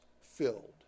filled